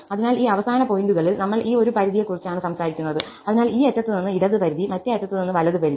അതിനാൽ ഈ അവസാന പോയിന്റുകളിൽ നമ്മൾ ഒരു പരിധിയെക്കുറിച്ചാണ് സംസാരിക്കുന്നത് അതിനാൽ ഈ അറ്റത്ത് നിന്ന് ഇടത് പരിധി മറ്റേ അറ്റത്ത് നിന്ന് വലത് പരിധി